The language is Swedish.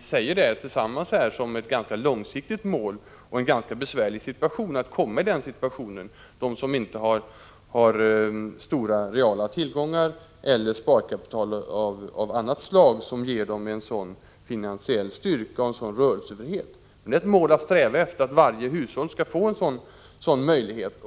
storleken som ett mycket långsiktigt mål och ser det som mycket besvärligt att kunna uppnå det. De har inte några stora reala tillgångar eller något sparkapital av annat slag som kan ge dem finansiell styrka och rörelsefrihet. Men naturligtvis är det ett mål att sträva efter att varje hushåll skall få en sådan möjlighet.